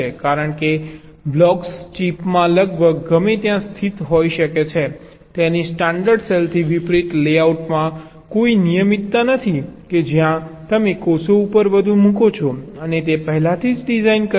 કારણ કે બ્લોક્સ ચિપમાં લગભગ ગમે ત્યાં સ્થિત હોઈ શકે છે તેથી સ્ટાન્ડર્ડ સેલથી વિપરીત લેઆઉટમાં કોઈ નિયમિતતા નથી કે જ્યાં તમે કોષો ઉપર બધું મૂકો છો અને તે પહેલાથી જ ડિઝાઇન કરેલ છે